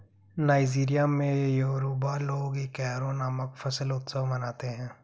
Nigeria में Yoruba लोग Ikore नामक फसल उत्सव मनाते हैं